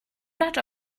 not